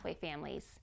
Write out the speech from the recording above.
families